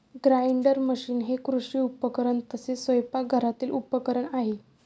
grinder machine हे कृषी उपकरण तसेच स्वयंपाकघरातील उपकरण आहे